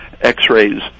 X-rays